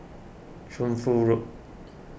Shunfu Road